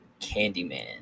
Candyman